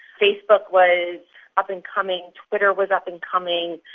facebook was up-and-coming, twitter was up-and-coming.